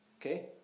okay